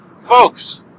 Folks